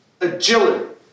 Agility